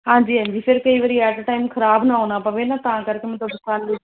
ਹਾਂਜੀ ਹਾਂਜੀ ਫਿਰ ਕਈ ਵਾਰ ਐਟ ਏ ਟਾਈਮ ਖਰਾਬ ਨਾ ਆਉਣਾ ਪਵੇ ਨਾ ਤਾਂ ਕਰਕੇ ਮਤਲਬ ਫਿਰ ਕੱਲ੍ਹ